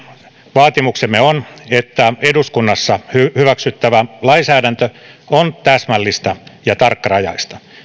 vaatimuksemme on että eduskunnassa hyväksyttävä lainsäädäntö on täsmällistä ja tarkkarajaista